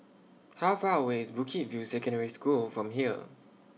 How Far away IS Bukit View Secondary School from here